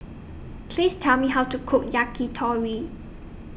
Please Tell Me How to Cook Yakitori